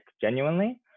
genuinely